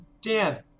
Dan